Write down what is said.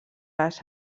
les